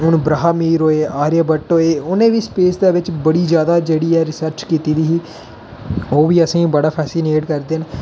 हून ब्राह्मीर होए आर्य भट्ट होए उ'नें बी स्पेस दे बिच बड़ी जैदा जेह्ड़ी ऐ रिसर्च कीती दी ही ओह् बी असेंगी बड़ा फैसिनेट करदे न